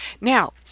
Now